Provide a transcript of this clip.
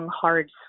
hard